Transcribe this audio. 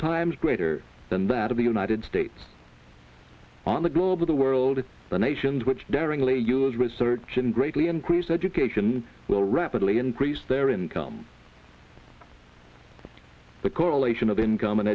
times greater than that of the united states on the globe of the world the nations which daringly use research and greatly increased education will rapidly increase their income the correlation of income and